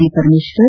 G Parameshwar